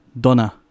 Donna